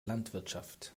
landwirtschaft